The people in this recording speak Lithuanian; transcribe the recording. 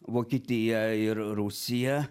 vokietija ir rusija